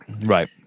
Right